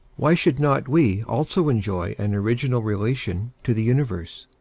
why should not we also enjoy an original relation to the universe?